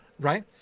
Right